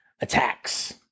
attacks